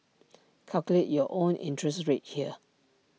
calculate your own interest rate here